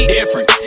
different